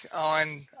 on